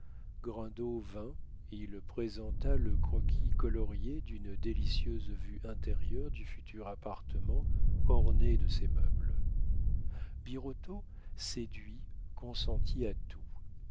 vint il présenta le croquis colorié d'une délicieuse vue intérieure du futur appartement orné de ses meubles birotteau séduit consentit à tout